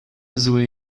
zły